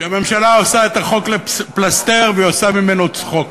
שהממשלה עושה את החוק פלסתר והיא עושה ממנו צחוק.